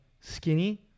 skinny